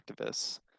activists